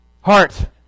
Heart